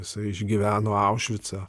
jisai išgyveno aušvicą